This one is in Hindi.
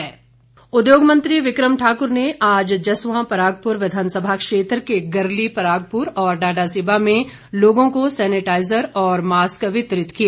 विक्रम ठाकुर उद्योग मंत्री विक्रम ठाक्र ने आज जस्वां परागपुर विधानसभा क्षेत्र के गरली परागपुर और डाडासिबा में लोगों को सैनेटाईजर और मास्क वितरित किए